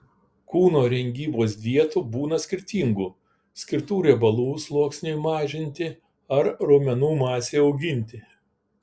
kūno rengybos dietų būna skirtingų skirtų riebalų sluoksniui mažinti ar raumenų masei auginti